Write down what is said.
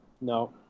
no